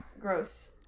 gross